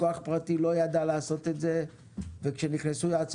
לקוח פרטי לא ידע לעשות את זה וכשנכנסו יועצי